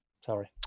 sorry